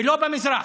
ולא במזרח.